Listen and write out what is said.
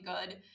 good